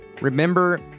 Remember